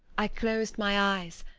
i closed my eyes,